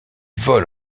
vole